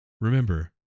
remember